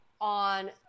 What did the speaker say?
on